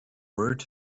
word